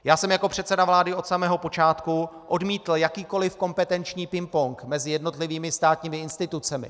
Já jsem jako předseda vlády od samého počátku odmítl jakýkoli kompetenční pingpong mezi jednotlivými státními institucemi.